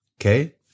Okay